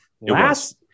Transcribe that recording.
Last